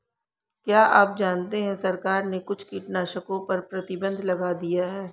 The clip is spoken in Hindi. क्या आप जानते है सरकार ने कुछ कीटनाशकों पर प्रतिबंध लगा दिया है?